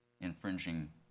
infringing